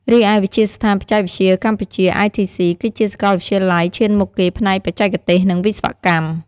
រីឯ វិទ្យាស្ថានបច្ចេកវិទ្យាកម្ពុជា ITC គឺជាសាកលវិទ្យាល័យឈានមុខគេផ្នែកបច្ចេកទេស និងវិស្វកម្ម។